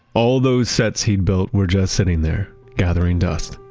all those sets he'd built were just sitting there, gathering dust.